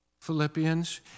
Philippians